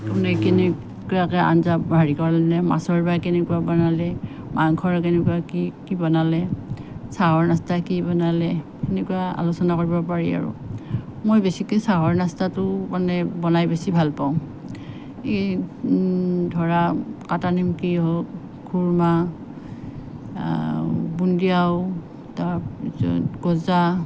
কোনে কেনেকুৱাকে আঞ্জা হেৰি কৰিলে মাছৰ বা কেনেকুৱা বনালে মাংসৰ কেনেকুৱা কি কি বনালে চাহৰ নাস্তা কি বনালে সেনেকুৱা আলোচনা কৰিব পাৰি আৰু মই বেছিকৈ চাহৰ নাস্তাটো বনাই বনাই বেছি ভাল পাওঁ এই ধৰা কাটা নিমকি হওক খুৰ্মা বুন্দিয়াও তাৰ পিছত গজা